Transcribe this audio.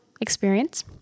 experience